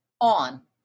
on